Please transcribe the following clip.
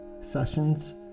Sessions